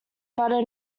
butter